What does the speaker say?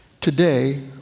today